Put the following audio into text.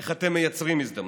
איך אתם מייצרים הזדמנויות.